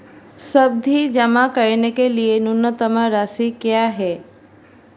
सावधि जमा के लिए न्यूनतम राशि क्या है?